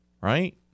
right